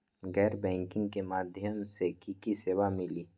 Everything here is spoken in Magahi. गैर बैंकिंग के माध्यम से की की सेवा मिली?